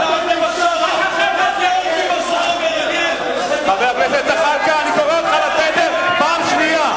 חבר הכנסת זחאלקה, אני קורא אותך לסדר פעם שנייה.